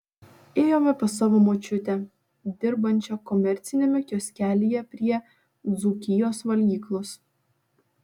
ėjome pas savo močiutę dirbančią komerciniame kioskelyje prie dzūkijos valgyklos